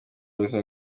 ubuzima